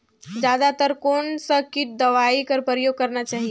जादा तर कोन स किट दवाई कर प्रयोग करना चाही?